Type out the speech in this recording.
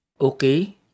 okay